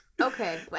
Okay